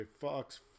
Fox